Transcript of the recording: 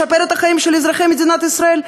לשפר את החיים של אזרחי מדינת ישראל,